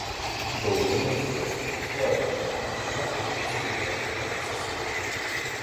daugiau neištvėriau išklojau agnei apie idą jau seniai troškau kam nors išsilieti